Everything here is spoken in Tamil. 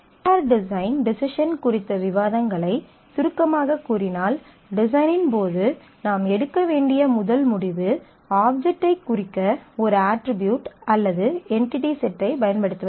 ஈ ஆர் டிசைன் டெஸிஸன் குறித்த விவாதங்களை சுருக்கமாகக் கூறினால் டிசைனின் போது நாம் எடுக்க வேண்டிய முதல் முடிவு ஆப்ஜெக்ட்டைக் குறிக்க ஒரு அட்ரிபியூட் அல்லது என்டிடி செட்டை பயன்படுத்துவதாகும்